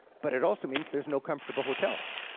but it also means there's no comfortable hotels.